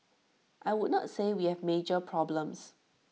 I would not say we have major problems